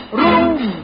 room